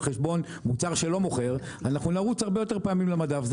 חשבון מוצר שלא מוכר אנחנו נרוץ הרבה יותר פעמים למדף,